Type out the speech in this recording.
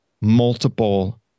multiple